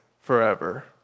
forever